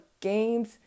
games